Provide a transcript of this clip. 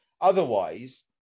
otherwise